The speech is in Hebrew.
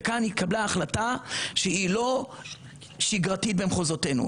וכאן התקבלה החלטה שהיא לא שגרתית במחוזותינו,